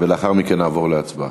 ולאחר מכן נעבור להצבעה.